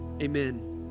Amen